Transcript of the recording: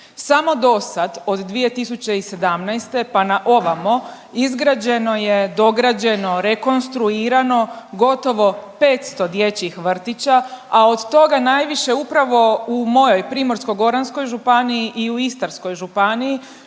Samo dosad od 2017. pa naovamo izgrađeno je, dograđeno, rekonstruirano gotovo 500 dječjih vrtića, a od toga najviše upravo u mojoj Primorsko-goranskoj županiji i u Istarskoj županiji,